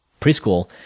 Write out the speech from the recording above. preschool